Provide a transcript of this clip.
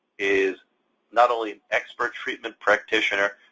is not only an expert treatment practitioner,